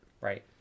right